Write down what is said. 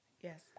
Yes